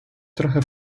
trochę